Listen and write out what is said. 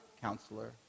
Counselor